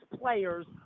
players